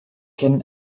kennen